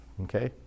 Okay